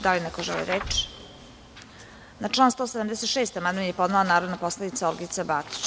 Da li neko želi reč? (Ne.) Na član 176. amandman je podnela narodna poslanica Olgica Batić.